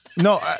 No